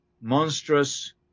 monstrous